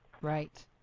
Right